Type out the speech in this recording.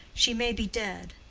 she may be dead.